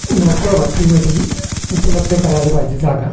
नोकर भरतीमध्ये उपलब्ध करायला पाहिजे जागा